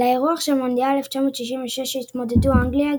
על האירוח של מונדיאל 1966 התמודדו אנגליה,